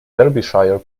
derbyshire